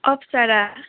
अप्सरा